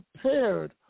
prepared